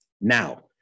Now